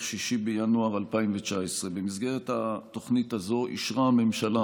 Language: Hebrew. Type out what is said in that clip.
6 בינואר 2019. במסגרת התוכנית הזו אישרה הממשלה